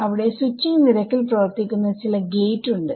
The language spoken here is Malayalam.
അവിടെ സ്വിച്ചിങ് നിരക്കിൽ പ്രവർത്തിക്കുന്ന ചില ഗേറ്റ് ഉണ്ട്